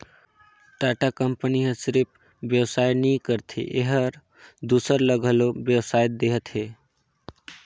Tata company ह सिरिफ बेवसाय नी करत हे एहर दूसर ल घलो बेवसाय देहत हे